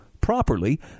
properly